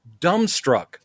dumbstruck